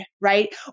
right